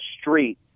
street